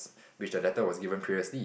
which the letter was given previously